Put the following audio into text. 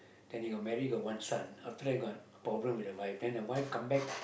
then he got married got one son after that got problem with the wife then the wife come back